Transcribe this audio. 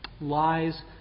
Lies